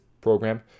program